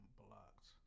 blocked